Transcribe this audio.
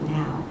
now